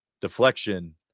deflection